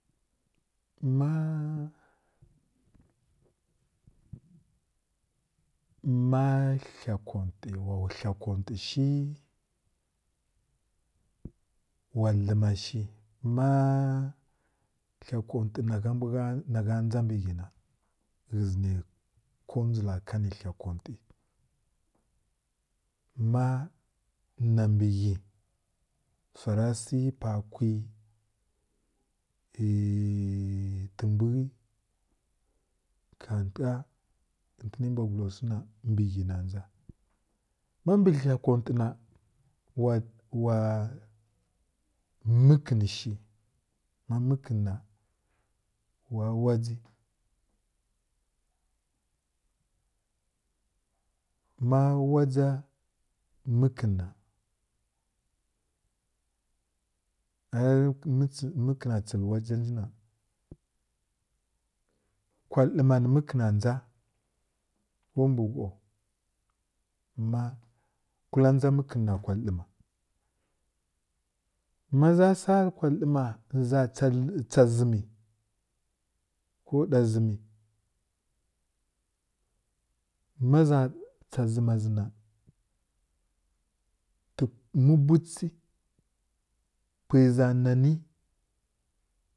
Mma mma hi konti wa hi kontə shi wa dləma shi ma hi kontə na gha dʒa mbi ghə na ghə zi nə kodʒila ka nə hi kontə mma na myə ghə wsa ra sə pa kwi fəmbwi katə ka ghə ni mbwgal osi na mbə ghə na dʒa ma mbi hi kontə na wa wa məkən shi ma məkən na wawa dʒi ma wadʒa məkən na ma məkən na chəl wadʒa nji na kwa ləme ni məkəna dʒa ko mbə ho ma kula dʒa məkə n na kwa ləma ma za sar kwa ləma ni za tsa zəmə ko ɗa zəmə ma za tsa zəma zi na tə mubutsi pwə za nani